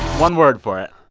one word for it